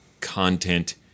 content